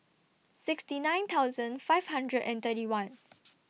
sixty nine thousand five hundred and thirty one